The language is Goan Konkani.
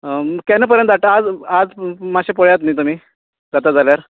केन्ना पर्यंत धाडटा आज आज मातशें पळयात न्ही तुमी जाता जाल्यार